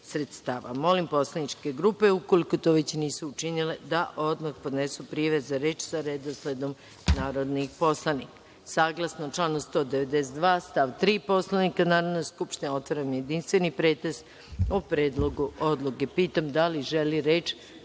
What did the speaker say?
sredstava. Molim poslaničke grupe, ukoliko to već nisu učinile da odmah podnesu prijave za reč sa redosledom narodnih poslanika. Saglasno članu 192. stav 3. Poslovnika Narodne skupštine, otvaram jedinstveni pretres o Predlogu odluke. Da li želi reč